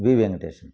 we Venkatesan